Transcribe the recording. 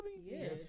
Yes